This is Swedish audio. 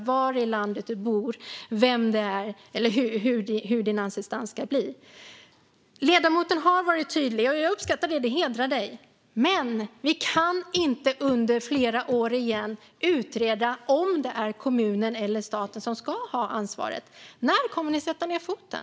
Var i landet du bor ska inte kunna avgöra hur din assistans ska bli. Ledamoten har varit tydlig, och jag uppskattar det. Det hedrar dig, Mikael Dahlqvist. Men vi kan inte under flera år igen utreda om det är kommunen eller staten som ska ha ansvaret. När kommer ni att sätta ned foten?